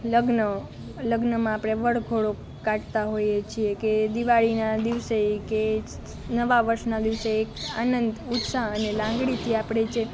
લગ્ન લગ્નમાં આપણે વરઘોડો કાઢતા હોઈએ છે કે દિવાળીના દિવસે કે નવાં વર્ષના દિવસે આનંદ ઉત્સાહ અને લાગણીથી આપણે જે